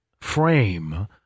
frame